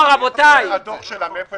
זה הדוח של הלשכה